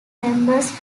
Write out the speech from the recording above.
members